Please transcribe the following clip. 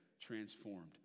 transformed